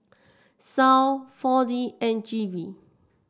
SAL Four D and G V